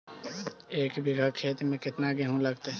एक बिघा खेत में केतना गेहूं लगतै?